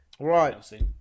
Right